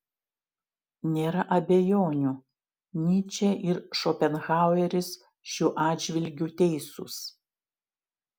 nėra abejonių nyčė ir šopenhaueris šiuo atžvilgiu teisūs